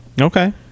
okay